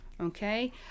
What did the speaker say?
okay